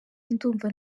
ndumva